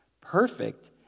perfect